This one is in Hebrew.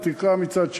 ותקרה מצד שני,